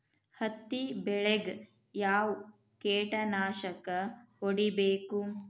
ಹತ್ತಿ ಬೆಳೇಗ್ ಯಾವ್ ಕೇಟನಾಶಕ ಹೋಡಿಬೇಕು?